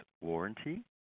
warranty